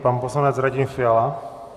Pan poslanec Radim Fiala.